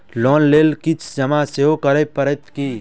Loan लेल किछ जमा सेहो करै पड़त की?